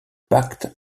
pacte